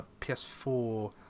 PS4